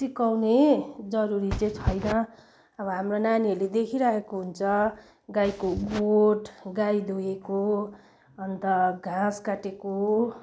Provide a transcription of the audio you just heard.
सिकाउने जरुरी चाहिँ छैन अब हाम्रो नानीहरूले देखिरहेको हुन्छ गाईको गोठ गाई दुहेको अन्त घाँस काटेको